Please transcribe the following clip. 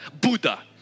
Buddha